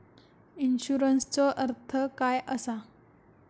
इन्शुरन्सचो अर्थ काय असा?